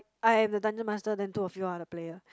I am the dungeon master then two of you are the player